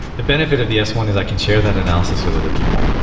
the benefit of the s one is i can share that analysis with other people.